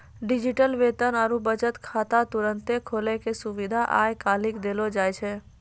digital वेतन आरु बचत खाता तुरन्ते खोलै के सुविधा आइ काल्हि देलो जाय छै